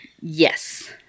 Yes